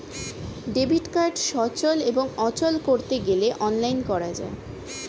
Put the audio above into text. debit card সচল এবং অচল করতে গেলে অনলাইন করা যায়